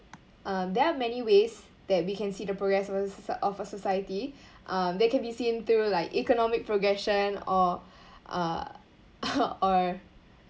um there are many ways that we can see the progress of a so~ of a society um they can be seen through like economic progression or uh or